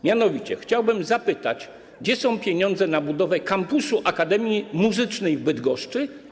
Mianowicie chciałbym zapytać, gdzie są zapisane pieniądze na budowę kampusu Akademii Muzycznej w Bydgoszczy.